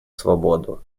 свободу